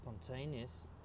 spontaneous